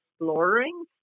exploring